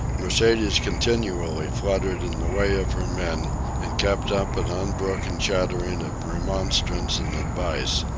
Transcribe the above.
mercedes continually fluttered in the way of her men and kept up an unbroken chattering of remonstrance and advice.